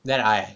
then I